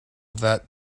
that